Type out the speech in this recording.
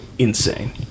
insane